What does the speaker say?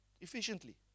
efficiently